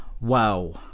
wow